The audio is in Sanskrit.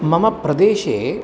मम प्रदेशे